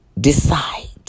Decide